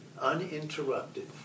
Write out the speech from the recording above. uninterrupted